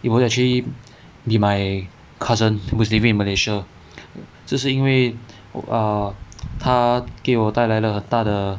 it would actually be my cousin who is living in malaysia 这是因为 err 他给我带来了很大的